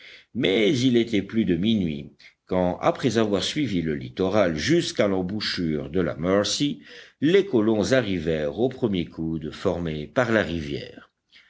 mais il était plus de minuit quand après avoir suivi le littoral jusqu'à l'embouchure de la mercy les colons arrivèrent au premier coude formé par la rivière